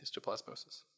histoplasmosis